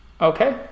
Okay